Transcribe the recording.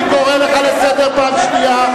אני קורא אותך לסדר פעם ראשונה.